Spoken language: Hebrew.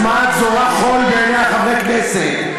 אז מה את זורה חול בעיני חברי הכנסת?